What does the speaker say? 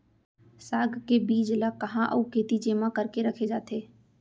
साग के बीज ला कहाँ अऊ केती जेमा करके रखे जाथे?